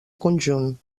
conjunt